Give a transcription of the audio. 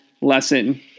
lesson